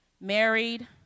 married